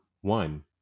one